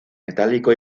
metálico